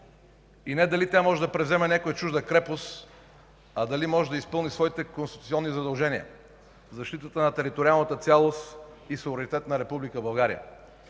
и не дали тя може да превземе някоя чужда крепост, а дали може да изпълни своите конституционни задължения – защитата на териториалната цялост и суверенитет на Република България.